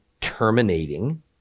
terminating